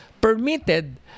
permitted